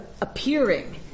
appearing